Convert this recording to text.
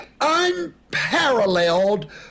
unparalleled